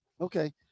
Okay